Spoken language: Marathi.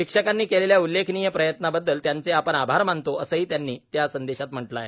शिक्षकांनी केलेल्या उल्लेखनीय प्रयत्नांबद्दल त्यांचं आपण आभार मानतो असंही त्यांनीया संदेशात म्हटलं आहे